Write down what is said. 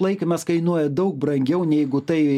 laikymas kainuoja daug brangiau neigu tai